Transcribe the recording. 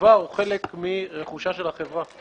הצובר הוא חלק מרכושה של החברה,